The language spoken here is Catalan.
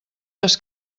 des